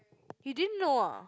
you didn't know ah